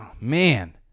Man